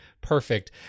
perfect